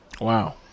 Wow